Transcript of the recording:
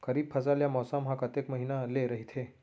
खरीफ फसल या मौसम हा कतेक महिना ले रहिथे?